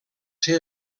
ser